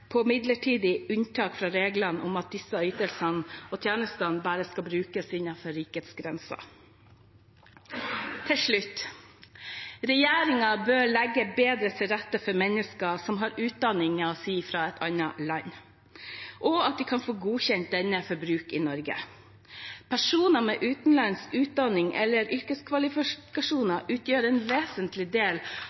midlertidig unntak fra reglene om at disse ytelsene og tjenestene bare skal brukes innenfor rikets grenser. Til slutt: Regjeringen bør legge bedre til rette for mennesker som har utdanningen sin fra et annet land, og at de kan få godkjent denne for bruk i Norge. Personer med utenlandsk utdanning eller yrkeskvalifikasjoner utgjør en vesentlig del